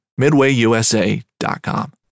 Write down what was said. MidwayUSA.com